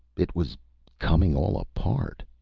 it was coming all apart.